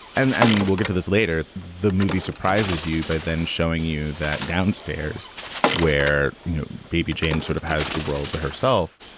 and and we'll get to this later. the movie surprises you by then showing you that downstairs where baby jane sort of has the world to herself,